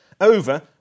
over